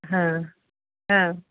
हां हां